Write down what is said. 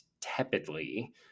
tepidly